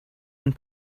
and